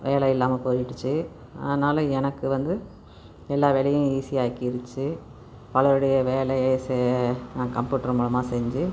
வேலை இல்லாமல் போயிடுச்சு ஆனாலும் எனக்கு வந்து எல்லா வேலையும் ஈசியாக ஆக்கிருச்சு பலருடைய வேலையை செ நான் கம்ப்யூட்டர் மூலமாக செஞ்சு